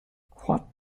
what